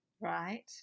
Right